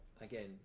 again